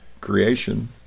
creation